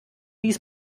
dies